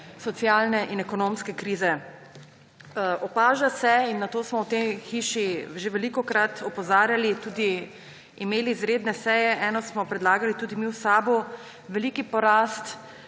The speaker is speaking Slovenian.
socialne in ekonomske krize. Opaža se, in na to smo v tej hiši že velikokrat opozarjali, tudi imeli izredne seje, eno smo predlagali tudi mi v SAB, veliki porast